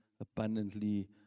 abundantly